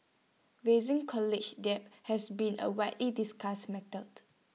rising college debt has been A widely discussed mattered